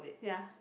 ya